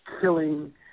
killing